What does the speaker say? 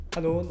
Hello